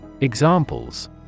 Examples